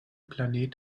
planet